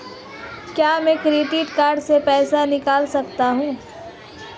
क्या मैं credit card से पैसे निकाल सकता हूँ?